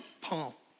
Paul